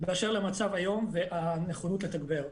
דבר נוסף באשר למצב היום ולנכונות לתגבר.